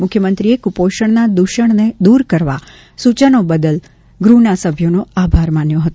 મુખ્યમંત્રીએ કુપોષણના દુષણને દુર કરવા માટે સૂચનો કરવા બદલ ગૃહના સભ્યોનો આભાર માન્યો હતો